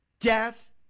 Death